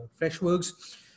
Freshworks